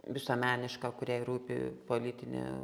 visuomeniška kuriai rūpi politinė